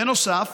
בנוסף,